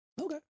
Okay